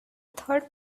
third